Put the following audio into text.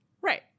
right